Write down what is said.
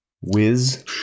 whiz